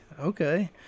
okay